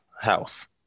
house